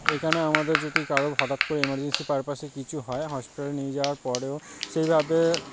এইখানে আমাদের যদি কারও হঠাৎ করে এমার্জেন্সি পারপাসে কিছু হয় হসপিটালে নিয়ে যাওয়ার পরেও সেইভাবে